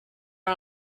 are